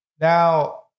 Now